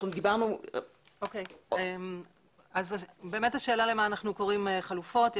השאלה היא באמת למה אנחנו קוראים חלופות.